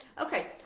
okay